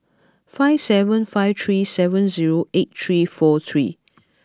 five seven five three seven zero eight three four three